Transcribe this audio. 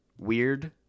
weird